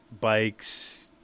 bikes